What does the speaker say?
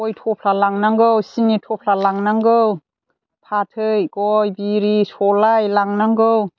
गय थफ्ला लांनांगौ सिनि थफ्ला लांनांगौ फाथै गय बिरि सलाइ लांनांगौ